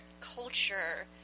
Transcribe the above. culture